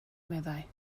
meddai